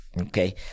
okay